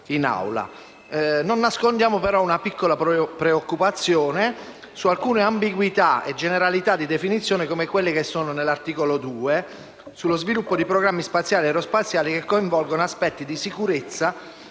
Non nascondiamo, però, una piccola preoccupazione su alcune ambiguità e generalità di definizione, come quelle che si trovano nell'articolo 2, sullo sviluppo di programmi spaziali e aerospaziali che coinvolgono aspetti di sicurezza